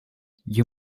you